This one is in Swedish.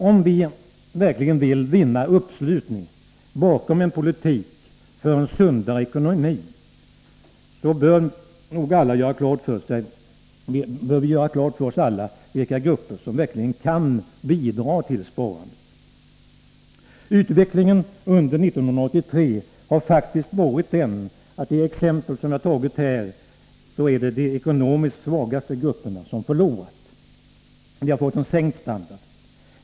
Om vi verkligen vill vinna uppslutning bakom en politik för en sundare ekonomi, bör vi alla göra klart för oss vilka grupper som verkligen kan bidra till sparandet. Utvecklingen under 1983 har faktiskt varit den att i de exempel som jag tagit är det de ekonomiskt svagaste grupperna som förlorat. De har fått en sänkt standard.